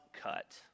cut